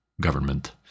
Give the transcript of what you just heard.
government